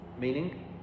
Meaning